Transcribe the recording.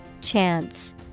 chance